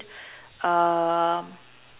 um